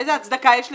איזו הצדקה יש לזה?